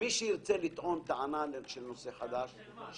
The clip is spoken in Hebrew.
מי שירצה לטעון טענה של נושא חדש.